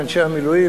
אנשי המילואים,